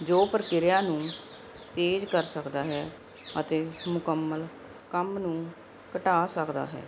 ਜੋ ਪ੍ਰਕਿਰਿਆ ਨੂੰ ਤੇਜ਼ ਕਰ ਸਕਦਾ ਹੈ ਅਤੇ ਮੁਕੰਮਲ ਕੰਮ ਨੂੰ ਘਟਾ ਸਕਦਾ ਹੈ